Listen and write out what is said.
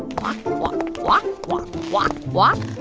walk, walk, walk, walk, walk, walk.